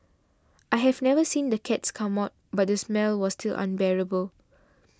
I have never seen the cats come out but the smell was still unbearable